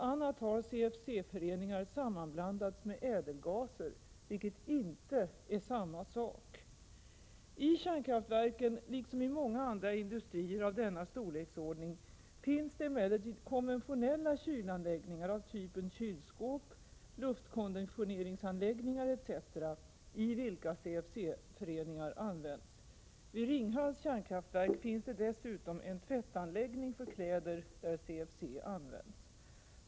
a. har CFC-föreningar sammanblandats med ädelgaser, vilket inte är samma sak. hindra freonutsläpp från kärnkraftverk I kärnkraftverken, liksom i många andra industrier av denna storleksordning, finns det emellertid konventionella kylanläggningar av typen kylskåp, luftkonditioneringsanläggningar etc. i vilka CFC-föreningar används. Vid Ringhals kärnkraftverk finns det dessutom en tvättanläggning för kläder där CFC används.